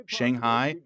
Shanghai